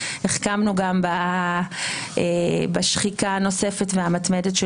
החכמנו גם בשחיקה הנוספת והמתמדת של